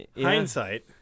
Hindsight